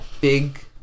Big